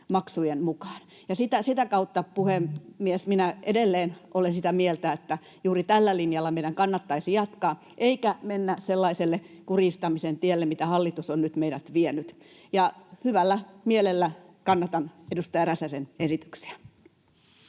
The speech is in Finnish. Sitä kautta, puhemies, minä edelleen olen sitä mieltä, että juuri tällä linjalla meidän kannattaisi jatkaa eikä mennä sellaiselle kurjistamisen tielle, minne hallitus on nyt meidät vienyt. Hyvällä mielellä kannatan edustaja Räsäsen esityksiä.